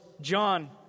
John